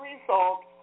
result